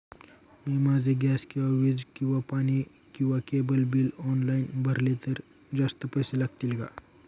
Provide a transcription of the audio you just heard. मी माझे गॅस किंवा वीज किंवा पाणी किंवा केबल बिल ऑनलाईन भरले तर जास्त पैसे लागतील का?